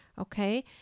Okay